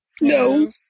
No